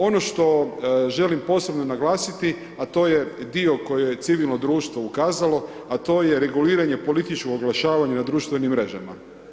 Ono što želim posebno naglasiti a to je koji je civilno društvo ukazalo a to je reguliranje političkog oglašavanja na društvenim mrežama.